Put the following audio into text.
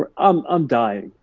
but um i'm dying.